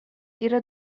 گیر